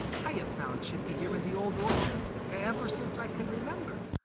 i have found chippy here in the old orchard ever since i can remember.